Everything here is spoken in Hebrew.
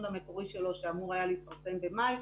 המקורי שלו שאמור היה להתפרסם במאי,